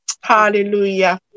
Hallelujah